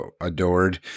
adored